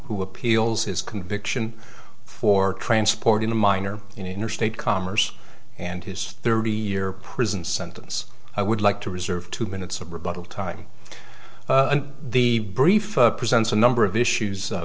who appeals his conviction for transporting a minor in interstate commerce and his thirty year prison sentence i would like to reserve two minutes of rebuttal time the brief presents a number of issues